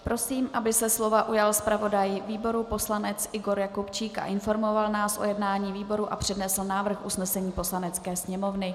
Prosím, aby se slova ujal zpravodaj výboru poslanec Igor Jakubčík a informoval nás o jednání výboru a přednesl návrh usnesení Poslanecké sněmovny.